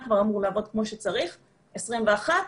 2021,